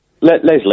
Leslie